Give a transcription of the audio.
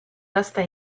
gazta